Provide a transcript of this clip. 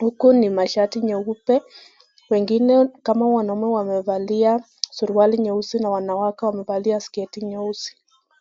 Huku ni mashati nyeupe. Wengine kama wanaume wamevalia suruali nyeusi na wanawake wamevalia sketi nyeusi.